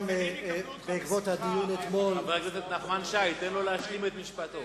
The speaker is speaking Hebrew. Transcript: חבר הכנסת נחמן שי, תן לו להשלים את המשפט.